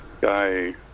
guy